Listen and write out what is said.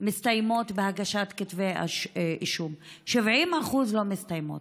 מסתיימות בכתבי אישום, 70% לא מסתיימות.